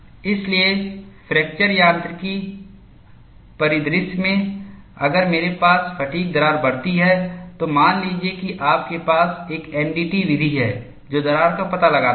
इसलिए फ्रैक्चर यांत्रिकी परिदृश्य में अगर मेरे पास फ़ैटिग् दरार बढ़ती है तो मान लीजिए कि आपके पास एक एनडीटी विधि है जो दरार का पता लगाती है